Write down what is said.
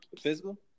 physical